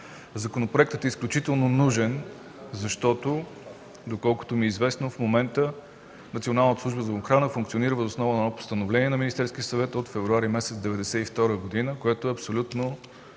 Законопроектът е изключително нужен, защото, доколкото ми е известно, в момента Националната служба за охрана функционира въз основа на едно Постановление на Министерския съвет от февруари 1992 г., което е абсолютно ненормално